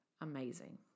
amazing